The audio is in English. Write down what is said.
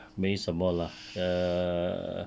没什么 lah err